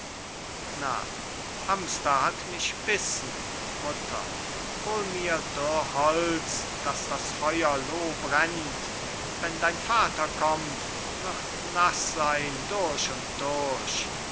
knab hamster hat mich bissen mutter hol mir dürr holz daß das feuer loh brennt wenn dein vater kommt wird naß sein durch und durch